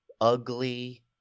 ugly